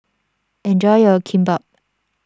enjoy your Kimbap